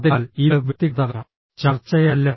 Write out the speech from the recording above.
അതിനാൽ ഇത് വ്യക്തിഗത ചർച്ചയല്ല